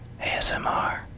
ASMR